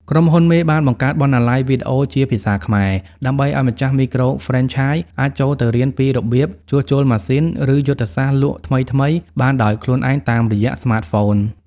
ក្រុមហ៊ុនមេបានបង្កើត "បណ្ណាល័យវីដេអូ" ជាភាសាខ្មែរ ដើម្បីឱ្យម្ចាស់មីក្រូហ្វ្រេនឆាយអាចចូលទៅរៀនពីរបៀបជួសជុលម៉ាស៊ីន ឬយុទ្ធសាស្ត្រលក់ថ្មីៗបានដោយខ្លួនឯងតាមរយៈស្មាតហ្វូន។